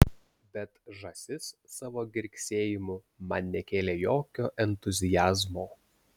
bet žąsis savo girgsėjimu man nekėlė jokio entuziazmo